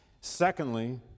Secondly